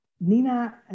Nina